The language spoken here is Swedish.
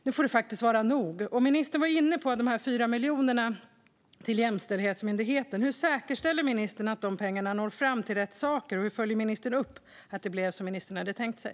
Nu får det faktiskt vara nog. Ministern var inne på de 4 miljonerna till Jämställdhetsmyndigheten. Hur säkerställer ministern att de pengarna når fram till rätt saker, och hur följer ministern upp att det blev som ministern hade tänkt sig?